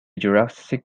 jurassic